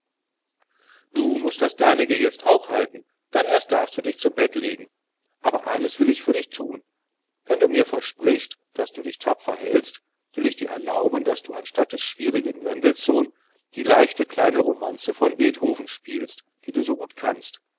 du mußt das deinige auch halten dann erst darfst du dich zu bette legen aber eines will ich für dich tun wenn du mir versprichst daß du dich tapfer hältst ich will dir erlauben daß du anstatt des schwierigen mendelssohn die leichte kleine romanze von beethoven spielst die du so gut kannst